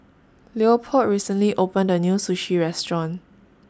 Leopold recently opened A New Sushi Restaurant